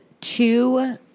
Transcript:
two